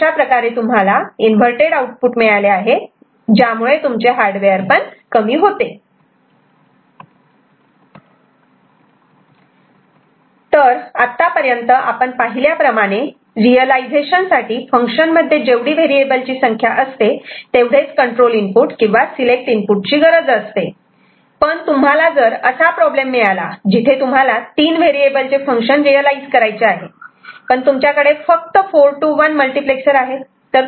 आणि अशाप्रकारे तुम्हाला इन्वर्तेड आउटपुट मिळाले आहे जे तुमचे हार्डवेयर कमी करते तर आत्तापर्यंत आपण पाहिल्या प्रमाणे रियलायझेशन साठी फंक्शन मध्ये जेवढी व्हेरिएबल ची संख्या असते तेवढेच कंट्रोल इनपुट किंवा सिलेक्ट इनपुट ची गरज असते पण तुम्हाला जर असा प्रॉब्लेम मिळाला जिथे तुम्हाला तीन व्हेरिएबल चे फंक्शन रियलायझ करायचे आहे पण तुमच्याकडे फक्त 4 to 1 मल्टिप्लेक्सर आहेत